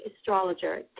astrologer